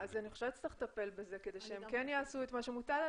אני חושבת שצריך לטפל בזה כדי שהם כן יעשו את מה שמוטל עליהם.